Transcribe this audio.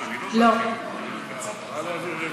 אני חושב שהחוק קודם.